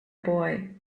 boy